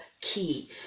key